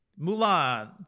Mulan